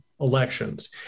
elections